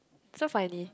so funny